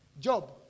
Job